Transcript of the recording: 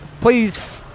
Please